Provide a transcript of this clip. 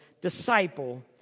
disciple